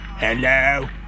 Hello